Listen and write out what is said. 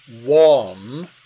One